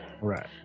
right